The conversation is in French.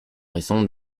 raison